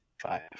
five